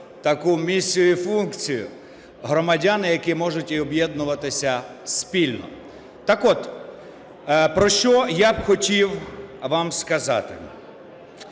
таку місію і функцію, громадяни, які можуть об'єднуватися спільно. Так от, про що я би хотів вам сказати.